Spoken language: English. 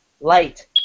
light